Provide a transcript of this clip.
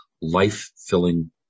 life-filling